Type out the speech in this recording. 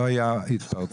לא היו התפרצויות,